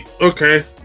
Okay